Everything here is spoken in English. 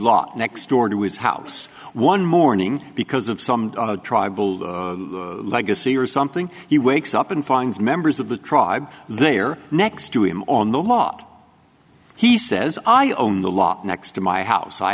lot next door to his house one morning because of some tribal legacy or something he wakes up and finds members of the tribe they are next to him on the lot he says i own the lot next to my house i